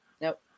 Nope